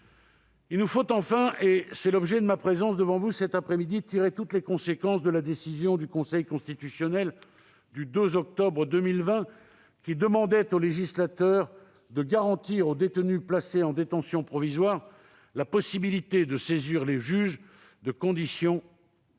Il nous faut enfin, et c'est l'objet de ma présence devant vous cet après-midi, tirer toutes les conséquences de la décision du Conseil constitutionnel du 2 octobre 2020, qui demandait au législateur de garantir aux détenus placés en détention provisoire la possibilité de saisir le juge de conditions de